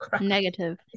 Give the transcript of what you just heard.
negative